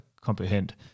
comprehend